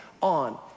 on